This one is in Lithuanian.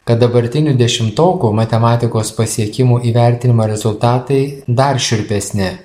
kad dabartinių dešimtokų matematikos pasiekimų įvertinimo rezultatai dar šiurpesni